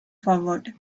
forward